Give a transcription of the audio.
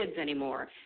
anymore